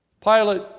Pilate